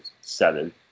Seven